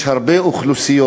יש הרבה אוכלוסיות.